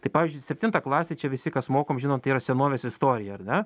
tai pavyzdžiui septintą klasę čia visi kas mokom žinom tai yra senovės istorija ar ne